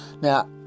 now